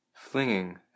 flinging